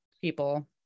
people